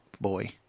boy